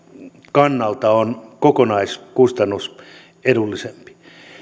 kannalta on kokonaiskustannusedullisempi